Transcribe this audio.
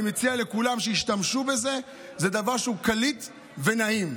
אני מציע לכולם להשתמש בזה, זה דבר קליט ונעים.